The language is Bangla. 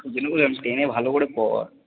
ওই জন্য বললাম টেনে ভালো করে পড়